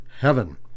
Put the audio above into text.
heaven